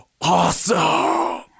awesome